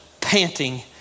panting